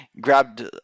grabbed